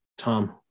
Tom